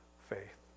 faith